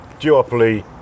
duopoly